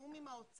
בתיאום עם האוצר,